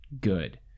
good